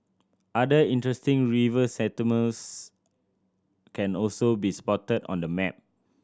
other interesting river settlements can also be spotted on the map